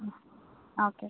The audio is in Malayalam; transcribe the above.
മ് ഓക്കെ